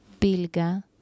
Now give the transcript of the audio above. Bilga